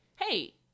hey